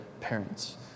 parents